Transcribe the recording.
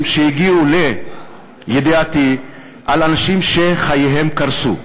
שהגיעו לידיעתי על אנשים שחייהם קרסו.